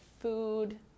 food